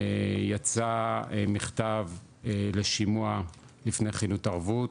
יצא מכתב לשימוע לפני חילוט ערבות,